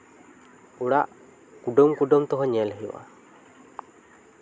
ᱚᱲᱟᱜ ᱠᱩᱰᱟᱹ ᱠᱩᱰᱟᱹᱢ ᱛᱮᱦᱚᱸ ᱧᱮᱞ ᱦᱩᱭᱩᱜᱼᱟ